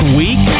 week